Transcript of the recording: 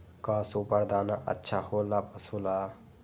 का सुपर दाना अच्छा हो ला पशु ला?